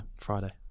Friday